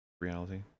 Reality